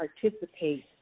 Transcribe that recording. participate